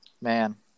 Man